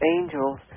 angels